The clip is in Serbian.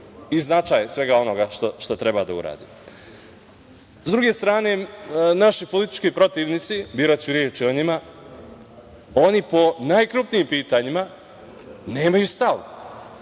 i značaj svega onoga što treba da uradi.S druge strane, naši politički protivnici, biraću reči o njima, oni po najkrupnijim pitanjima nemaju stav.